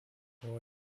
four